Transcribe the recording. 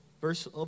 verse